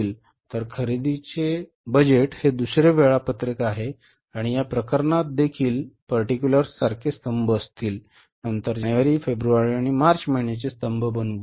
तर खरेदीचे बजेट हे दुसरे वेळापत्रक आहे आणि या प्रकरणात देखील तपशील सारखे स्तंभ असतील नंतर जानेवारी फेब्रुवारी आणि मार्च महिन्यांचे स्तंभ बनवू